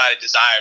desires